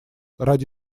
ради